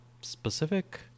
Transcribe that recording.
specific